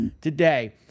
today